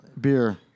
beer